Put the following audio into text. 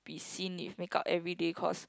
be seen with makeup everyday cause